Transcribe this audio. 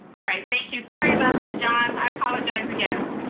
all right, thank you. sorry about that john, i apologize again.